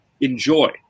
enjoy